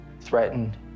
threatened